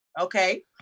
Okay